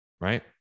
right